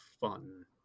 fun